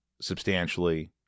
substantially